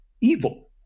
evil